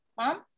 Mom